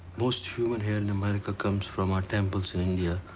most human hair in america comes from our temples in india,